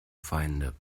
feinde